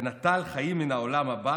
ונטל חייו מן העולם הבא,